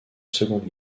seconde